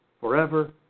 forever